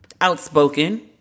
outspoken